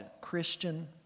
Christian